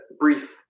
brief